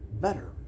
better